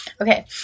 Okay